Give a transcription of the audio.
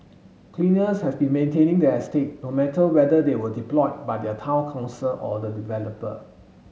cleaners have been maintaining the estate no matter whether they were deployed by the Town Council or the developer